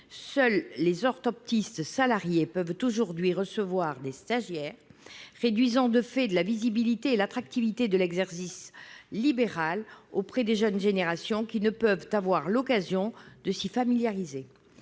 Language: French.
seuls les orthoptistes salariés peuvent aujourd'hui recevoir des stagiaires, réduisant de fait la visibilité et l'attractivité de l'exercice libéral auprès des jeunes générations, qui n'ont pas l'occasion de s'y familiariser.